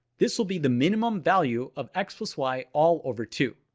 this will be the minimum value of x plus y, all over two.